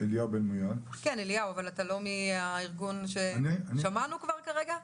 לא מהארגון ששמענו כבר כרגע?